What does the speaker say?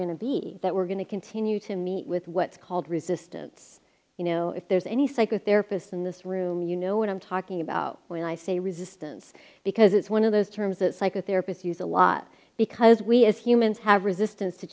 going to be that we're going to continue to meet with what's called resistance you know if there's any psychotherapists in this room you know what i'm talking about when i say resistance because it's one of those terms that psychotherapists use a lot because we as humans have resistance to